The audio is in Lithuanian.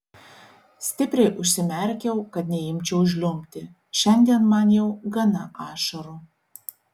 stipriai užsimerkiau kad neimčiau žliumbti šiandien man jau gana ašarų